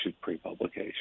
pre-publication